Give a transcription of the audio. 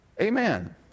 Amen